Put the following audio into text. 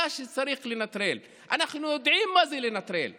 אולי אחרי עשר שנות שלטון ביבי פתאום גילה דאגה לאיכות המים בישראל,